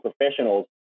professionals